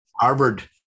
Harvard